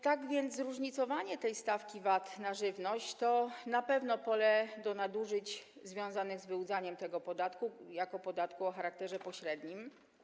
Tak więc zróżnicowanie stawki VAT na żywność to na pewno pole do nadużyć związanych z wyłudzaniem zwrotu tego podatku jako podatku o charakterze pośrednim.